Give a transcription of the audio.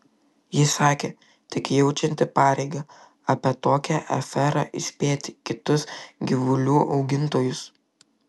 ji sakė tik jaučianti pareigą apie tokią aferą įspėti kitus gyvulių augintojus